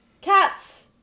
Cats